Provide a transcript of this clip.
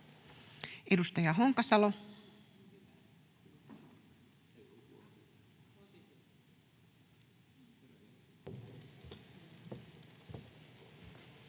Edustaja Honkasalo.